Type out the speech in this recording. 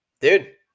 Dude